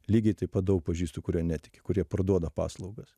lygiai taip pat daug pažįstu kurie netiki kurie parduoda paslaugas